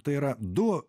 tai yra du